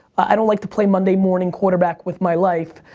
i don't like to play monday morning quarterback with my life,